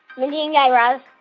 mindy and guy raz,